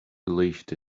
believed